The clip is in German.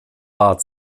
bad